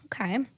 Okay